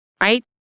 right